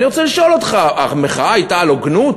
אני רוצה לשאול אותך, המחאה הייתה על הוגנות?